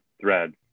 thread